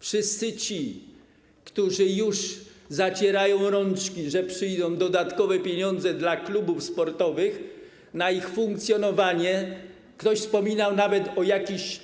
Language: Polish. Wszyscy ci, którzy już zacierają rączki, że przyjdą dodatkowe pieniądze dla klubów sportowych na ich funkcjonowanie - ktoś wspominał nawet o jakichś